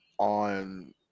on